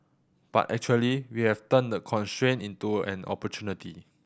but actually we have turned the constraint into an opportunity